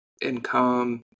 income